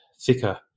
thicker